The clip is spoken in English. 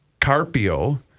Carpio